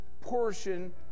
portion